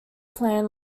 planned